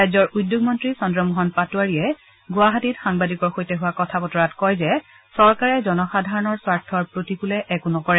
ৰাজ্যৰ উদ্যোগ মন্ত্ৰী চন্দ্ৰমোহন পাটোৱাৰীয়ে কালি গুৱাহাটীত সাংবাদিকৰ সৈতে হোৱা কথা বতৰাত কয় যে চৰকাৰে জনসাধাৰণৰ স্বাৰ্থৰ প্ৰতিকূলে একো নকৰে